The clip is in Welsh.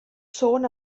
sôn